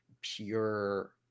pure